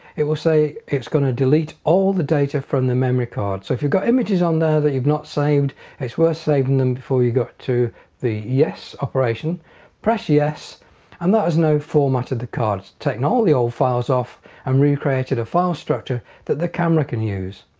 it will say it's going to delete all the data from the memory card so if you've got images on there that you've not saved it's worth saving them before you go to the yes operation press yes and that has no formatted the cards taken all the old files off and recreated a file structure that the camera can use.